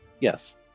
Yes